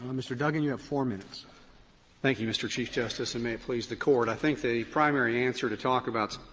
um mr. duggan, you have four minutes. duggan thank you, mr. chief justice, and may it please the court i think the primary answer to talk about,